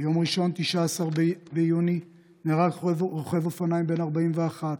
ביום ראשון 19 ביוני נהרג רוכב אופניים בן 41,